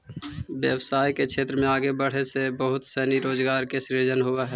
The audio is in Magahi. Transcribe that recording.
व्यवसाय के क्षेत्र में आगे बढ़े से बहुत सनी रोजगार के सृजन होवऽ हई